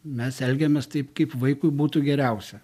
mes elgiamės taip kaip vaikui būtų geriausia